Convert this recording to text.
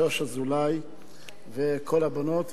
שוש אזולאי וכל הבנות,